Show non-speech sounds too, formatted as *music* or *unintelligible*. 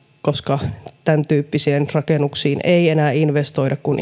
*unintelligible* *unintelligible* että tämäntyyppisiin rakennuksiin ei enää investoida kun *unintelligible*